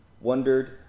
wondered